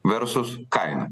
versus kaina